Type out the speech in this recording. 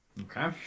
Okay